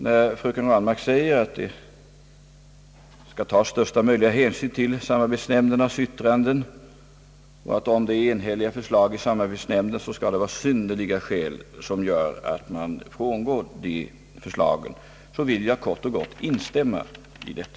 När fröken Ranmark säger, att största möjliga hänsyn skall tas till samarbetsnämndens yttrande och att det, om förslaget i samarbetsnämnden är enhälligt, måste vara synnerliga skäl för att frångå detta förslag, så vill jag kort och gott instämma i detta.